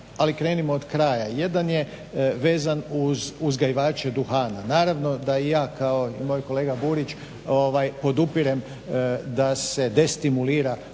ali krenimo od kraja. Jedan je vezan uz uzgajivače duhana. Naravno da i ja kao i moj kolega Burić podupirem da se destimulira